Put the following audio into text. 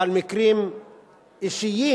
אבל מקרים אישיים,